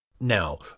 now